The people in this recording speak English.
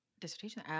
dissertation